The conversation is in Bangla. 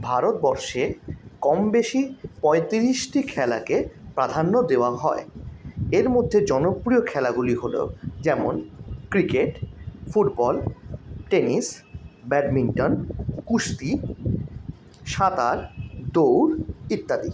ভারতবর্ষে কম বেশি পঁয়ত্রিশটি খেলাকে প্রাধান্য দেওয়া হয় এর মধ্যে জনপ্রিয় খেলাগুলি হল যেমন ক্রিকেট ফুটবল টেনিস ব্যাডমিন্টন কুস্তি সাঁতার দৌড় ইত্যাদি